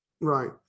Right